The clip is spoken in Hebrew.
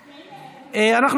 התקבלה.